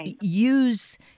use